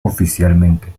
oficialmente